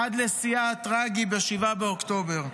עד לשיאה הטרגי ב-7 באוקטובר.